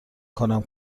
کنم